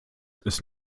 ist